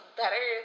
better